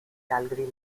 calgary